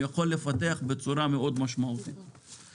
יכול לפתח בצורה משמעותית מאוד.